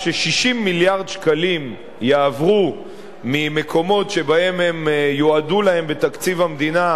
ש-60 מיליארד שקלים יעברו ממקומות שבהם הם יועדו להם בתקציב המדינה